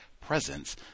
presence